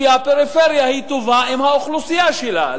כי הפריפריה היא טובה עם האוכלוסייה שלה.